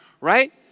right